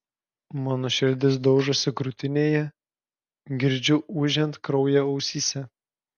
mano širdis daužosi krūtinėje girdžiu ūžiant kraują ausyse